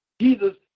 Jesus